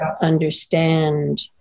understand